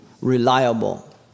reliable